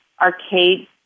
arcade